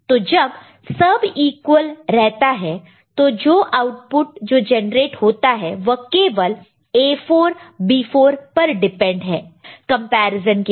तो जब सब इक्वल रहता है तो जोआउटपुट जो जनरेट होता है वह केवल A4 और B4 पर डिपेंड है कंपैरिजन के लिए